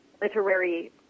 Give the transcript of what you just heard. literary